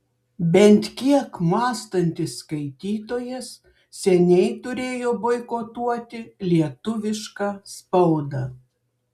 bent kiek mąstantis skaitytojas seniai turėjo boikotuoti lietuvišką spaudą